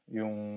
yung